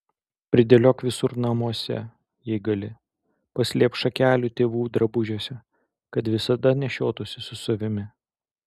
pridėliok visur namuose jei gali paslėpk šakelių tėvų drabužiuose kad visada nešiotųsi su savimi